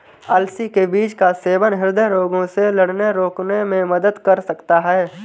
अलसी के बीज का सेवन हृदय रोगों से लड़ने रोकने में मदद कर सकता है